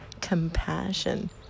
compassion